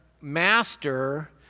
master